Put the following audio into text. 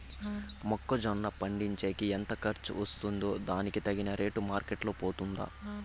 మొక్క జొన్న పండించేకి ఎంత ఖర్చు వస్తుందో దానికి తగిన రేటు మార్కెట్ లో పోతుందా?